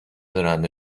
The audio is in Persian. رنده